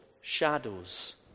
shadows